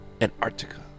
Antarctica